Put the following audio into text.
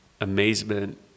amazement